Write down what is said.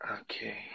Okay